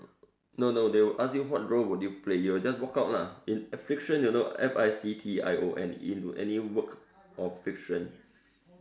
no no they will ask you what role would you play you'll just walk out lah fiction you know F I C T I O N into any work or fiction